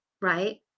right